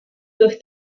durch